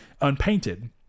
unpainted